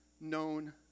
known